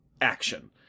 action